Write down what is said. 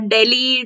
Delhi